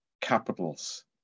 capitals